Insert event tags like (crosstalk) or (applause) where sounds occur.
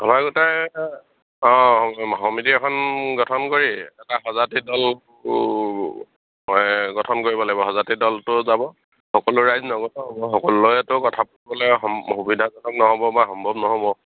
(unintelligible) অঁ সমিতি এখন গঠন কৰি এটা সজাতি দল গঠন কৰিব লাগিব সজাতি দলটো যাব সকলো ৰাইজ নগ'লেও হ'ব সকলোৱেতো কথা ক'বলে সুবিধাজনক নহ'ব বা সম্ভৱ নহ'ব